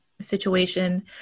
situation